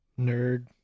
Nerd